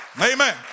Amen